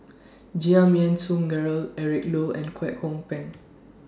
Giam Yean Song Gerald Eric Low and Kwek Hong Png